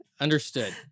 Understood